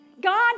God